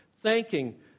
Thanking